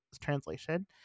translation